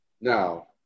Now